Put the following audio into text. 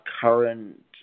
current